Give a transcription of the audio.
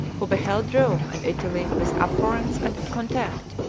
who beheld rome and italy with abhorrence and contempt,